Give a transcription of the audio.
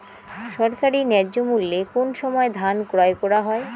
সরকারি ন্যায্য মূল্যে কোন সময় ধান ক্রয় করা হয়?